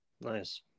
Nice